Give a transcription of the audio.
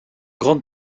grande